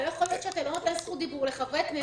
לא יכול להיות שאתה לא נותן זכות דיבור לחבר כנסת.